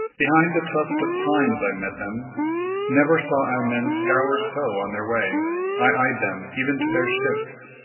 behind the tuft of pines i met them never saw i men scour so on their way i ey'd them even to their ships.